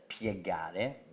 piegare